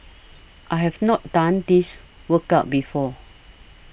I've not done this workout before